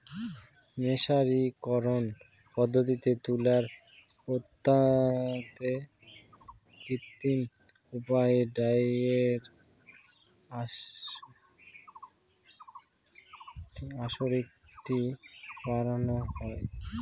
মের্সারিকরন পদ্ধতিতে তুলার তন্তুতে কৃত্রিম উপায়ে ডাইয়ের আসক্তি বাড়ানো হয়